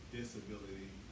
disability